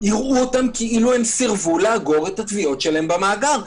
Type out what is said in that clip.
יראו אותם כאילו סירבו לאגור את הטביעות שלהם במאגר,